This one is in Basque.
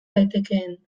daitekeen